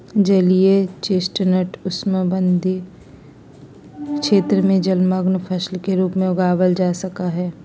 जलीय चेस्टनट उष्णकटिबंध क्षेत्र में जलमंग्न फसल के रूप में उगावल जा सका हई